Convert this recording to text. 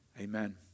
Amen